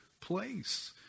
place